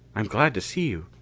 i'm glad to see you.